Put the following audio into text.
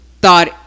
thought